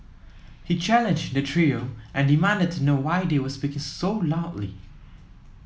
he challenged the trio and demanded to know why they were speaking so loudly